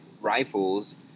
rifles